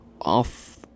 off